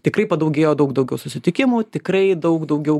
tikrai padaugėjo daug daugiau susitikimų tikrai daug daugiau